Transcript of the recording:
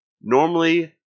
Normally